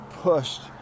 pushed